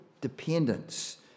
dependence